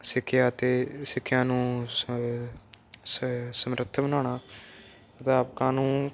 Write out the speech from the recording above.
ਸਿੱਖਿਆ ਅਤੇ ਸਿੱਖਿਆ ਨੂੰ ਸਮਰੱਥਾ ਬਣਾਉਣਾ ਅਧਿਆਪਕਾਂ ਨੂੰ